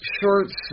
shorts